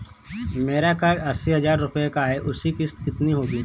मेरा कर्ज अस्सी हज़ार रुपये का है उसकी किश्त कितनी होगी?